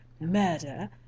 murder